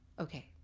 Okay